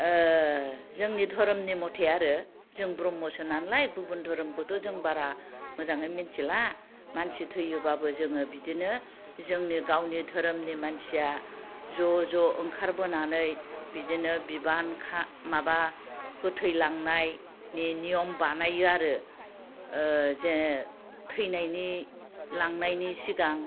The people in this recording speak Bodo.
जोंनि धोरोमनि मथे आरो जों ब्रह्मसो नालाय गुबुन धोरोमखौथ' जों बारा मोजाङै मिनथिला मानसि थैयोबाबो जोङो बिदिनो जोंनि गावनि धोरोमनि मानसिया ज' ज' ओंखारबोनानै बिदिनो बिबान खा माबा गोथै लांनायनि नियम बानायो आरो जे थैनायनि लांनायनि सिगां